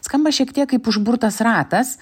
skamba šiek tiek kaip užburtas ratas